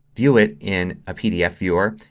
view it in a pdf viewer.